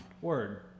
word